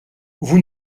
vous